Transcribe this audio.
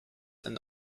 and